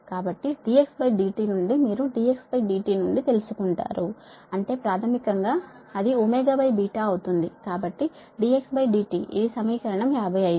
కాబట్టి dxdt నుండి మీరు dxdt నుండి తెలుసుకుంటారు అంటే ప్రాథమికం గా అది అవుతుంది కాబట్టి dxdtఇది సమీకరణం 55